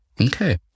Okay